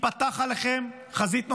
תיפתח עליכם חזית נוספת.